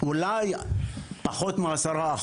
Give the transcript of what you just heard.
אולי פחות מ-10%.